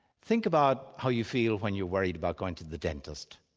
think about how you feel when you're worried about going to the dentist.